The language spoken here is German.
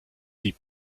sie